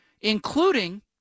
including